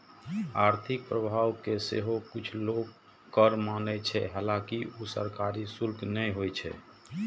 आर्थिक प्रभाव कें सेहो किछु लोक कर माने छै, हालांकि ऊ सरकारी शुल्क नै होइ छै